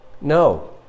No